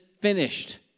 finished